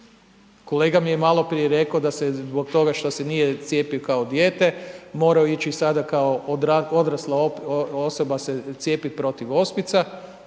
Kolega mi je malo prije rek'o da se zbog toga što se nije cijepio kao dijete, morao ići sada kao odrasla osoba se cijepit protiv ospica,